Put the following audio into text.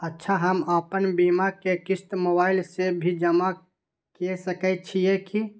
अच्छा हम आपन बीमा के क़िस्त मोबाइल से भी जमा के सकै छीयै की?